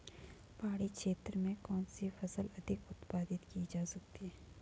पहाड़ी क्षेत्र में कौन सी फसल अधिक उत्पादित की जा सकती है?